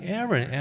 Aaron